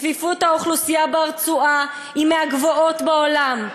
צפיפות האוכלוסייה ברצועה היא מהגבוהות בעולם.